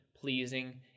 pleasing